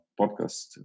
podcast